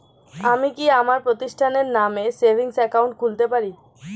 আমি কি আমার প্রতিষ্ঠানের নামে সেভিংস একাউন্ট খুলতে পারি?